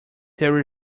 there